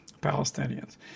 Palestinians